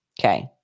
okay